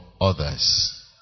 others